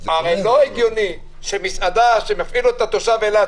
הרי לא הגיוני שמסעדה שמפעיל אותה תושב אילת,